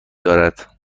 دارد